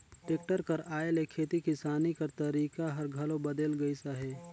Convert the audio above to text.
tractor कर आए ले खेती किसानी कर तरीका हर घलो बदेल गइस अहे